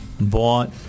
bought